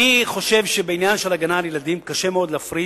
אני חושב שבעניין של הגנה על ילדים קשה מאוד להפריז,